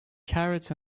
carrots